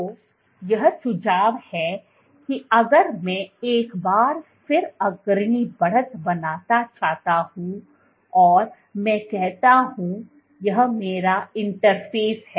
तो यह सुझाव है कि अगर मैं एक बार फिर अग्रणी बढ़त बनाना चाहता हूं और मैं कहता हूँ यह मेरा इंटरफेस है